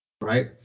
right